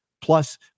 Plus